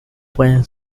pueden